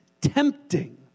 tempting